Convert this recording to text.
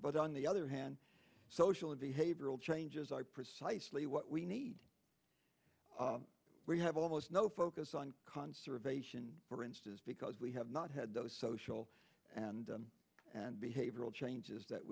but on the other hand social and behavioral changes are precisely what we need we have almost no focus on conservation for instance because we have not had those social and behavioral changes that